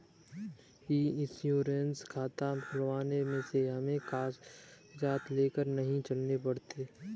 ई insurance खाता खुलवाने से हमें कागजात लेकर नहीं चलने पड़ते